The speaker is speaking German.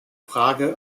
frage